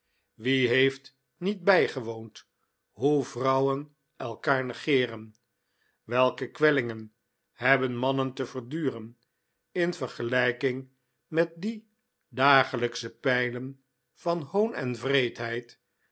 wie heeft niet bijgewoond hoe vrouwen elkaar negeren welke kwellingen hebben mannen te verduren in vergelijking met die dagelijksche pijlen van hoon en